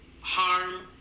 harm